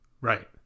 Right